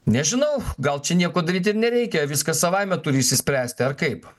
nežinau gal čia nieko daryti ir nereikia viskas savaime turi išsispręsti ar kaip